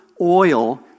oil